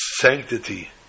sanctity